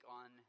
on